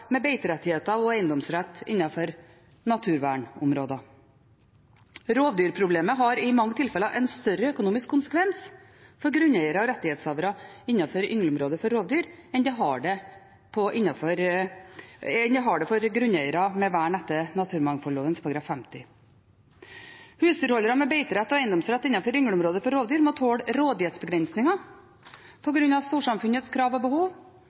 med beiterettigheter og eiendomsrett innenfor naturvernområder. Rovdyrproblemet har i mange tilfeller en større økonomisk konsekvens for grunneiere og rettighetshavere innenfor yngleområdet for rovdyr enn for grunneiere med vern etter naturmangfoldloven § 50. Husdyrholdere med beiterett og eiendomsrett innenfor yngleområdet for rovdyr må tåle rådighetsbegrensninger på grunn av storsamfunnets krav og behov,